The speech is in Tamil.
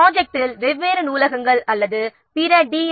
ப்ராஜெக்ட்டில் வெவ்வேறு நூலகங்கள் அல்லது பிற டி